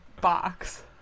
box